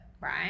right